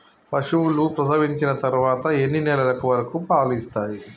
పశువులు ప్రసవించిన తర్వాత ఎన్ని నెలల వరకు పాలు ఇస్తాయి?